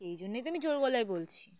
এই জন্যেই তো আমি জোর গলায় বলছি